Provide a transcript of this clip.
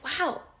wow